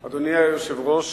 היושב-ראש,